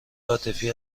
عاطفی